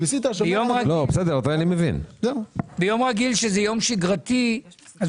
ביום שגרתי רגיל,